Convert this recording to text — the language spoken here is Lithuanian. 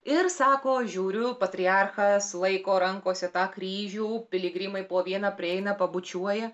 ir sako žiauriu patriarchas laiko rankose tą kryžių piligrimai po vieną prieina pabučiuoja